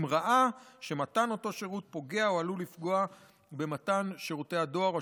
אם ראה שמתן אותו שירות פוגע או עלול לפגוע במתן שירותי דואר או